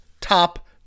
top